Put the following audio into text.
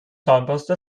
zahnpasta